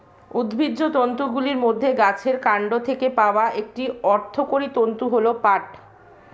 উদ্ভিজ্জ তন্তুগুলির মধ্যে গাছের কান্ড থেকে পাওয়া একটি অর্থকরী তন্তু হল পাট